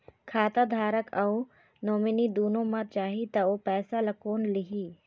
खाता धारक अऊ नोमिनि दुनों मर जाही ता ओ पैसा ला कोन लिही?